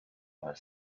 while